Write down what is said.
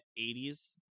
80s